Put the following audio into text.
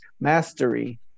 mastery